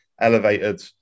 elevated